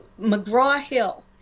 McGraw-Hill